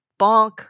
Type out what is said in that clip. bonk